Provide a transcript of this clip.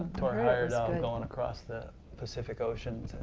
thor heyerdahl going across the pacific ocean.